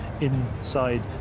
inside